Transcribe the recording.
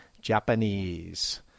Japanese